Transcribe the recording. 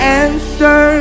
answer